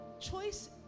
Choice